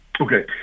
Okay